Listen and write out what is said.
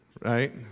Right